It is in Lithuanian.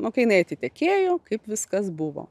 nu kai jinai atitekėjo kaip viskas buvo